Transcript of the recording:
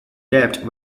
debt